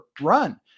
run